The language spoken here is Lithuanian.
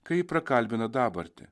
kai ji prakalbina dabartį